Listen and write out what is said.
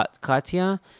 Katya